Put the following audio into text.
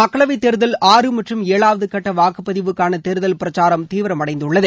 மக்களவைத் தேர்தல் ஆறு மற்றும் ஏழாவது கட்ட வாக்குப்பதிவுக்கான தேர்தல் பிரச்சாரம் தீவிரமடைந்துள்ளது